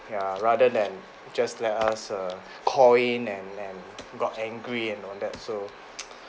ya rather than just let us err call in and then got angry and all that so